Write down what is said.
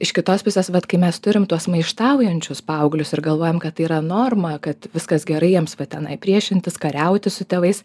iš kitos pusės vat kai mes turim tuos maištaujančius paauglius ir galvojam kad tai yra norma kad viskas gerai jiems va tenai priešintis kariauti su tėvais